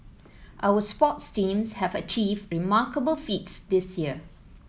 our sports teams have achieved remarkable feats this year